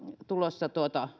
tulossa